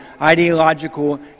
ideological